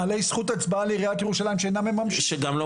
בעלי זכות הצבעה לעיריית ירושלים שאינם ממשים,